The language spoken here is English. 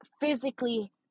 physically